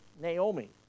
Naomi